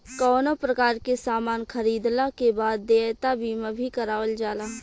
कवनो प्रकार के सामान खरीदला के बाद देयता बीमा भी करावल जाला